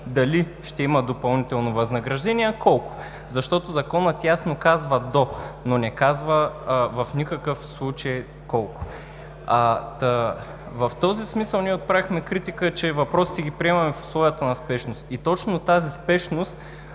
дали ще има допълнително възнаграждение, а колко, защото Законът ясно казва „до“, но не казва в никакъв случай колко. В този смисъл ние отправихме критика, че въпросите ги приемаме в условията на спешност и точно тази спешност